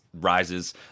rises